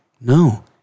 No